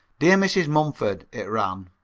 dear mrs. mumford it ran,